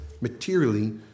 materially